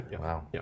wow